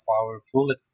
powerful